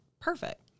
perfect